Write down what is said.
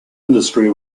industry